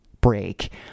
break